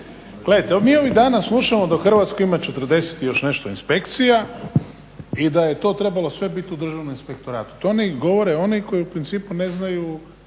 gledajte mi ovih dana slušamo da u Hrvatskoj ima 40 i još nešto inspekcija i da je to trebalo sve bit u Državnom inspektoratu. To govore oni koji u principu ne znaju